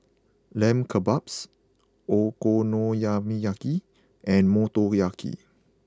Lamb Kebabs Okonomiyaki and Motoyaki